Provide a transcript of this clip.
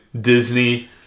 Disney